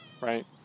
right